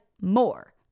more